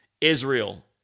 Israel